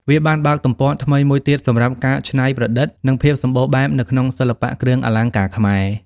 វាបានបើកទំព័រថ្មីមួយទៀតសម្រាប់ការច្នៃប្រឌិត និងភាពសម្បូរបែបនៅក្នុងសិល្បៈគ្រឿងអលង្ការខ្មែរ។